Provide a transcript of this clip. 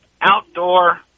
outdoor